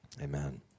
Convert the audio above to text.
Amen